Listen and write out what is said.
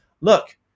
Look